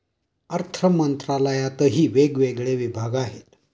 अर्थमंत्रालयातही वेगवेगळे विभाग आहेत